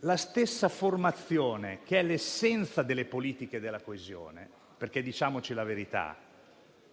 La stessa formazione è l'essenza delle politiche della coesione. Diciamoci la verità,